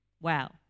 Wow